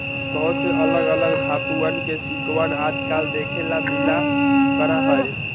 बहुत से अलग अलग धातुंअन के सिक्कवन आजकल देखे ला मिला करा हई